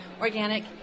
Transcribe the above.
organic